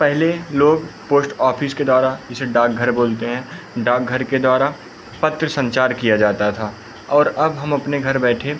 पहले लोग post office के द्वारा जिसे डाकघर बोलते हैं डाकघर के द्वारा पत्र संचार किया जाता था और अब हम अपने घर बैठे